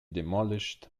demolished